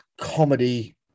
comedy